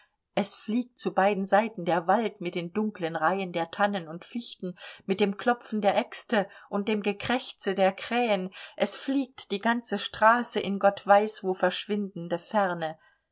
es fliegt zu beiden seiten der wald mit den dunklen reihen der tannen und fichten mit dem klopfen der äxte und dem gekrächze der krähen es fliegt die ganze straße in die gott weiß wo verschwindende ferne